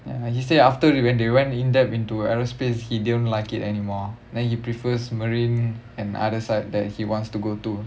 ya he said after when they went in depth into aerospace he didn't like it anymore then he prefers marine and other side that he wants to go to